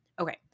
Okay